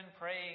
praying